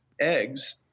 eggs